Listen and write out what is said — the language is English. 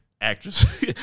actress